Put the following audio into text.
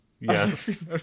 Yes